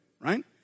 right